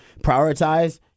prioritize